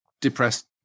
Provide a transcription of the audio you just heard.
depressed